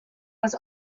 was